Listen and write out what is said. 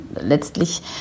letztlich